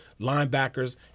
linebackers